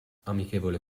amichevole